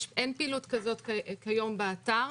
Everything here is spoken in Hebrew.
אין פעילות כזאת כיום באתר,